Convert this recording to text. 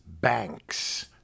banks